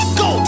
go